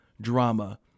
drama